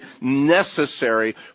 necessary